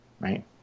right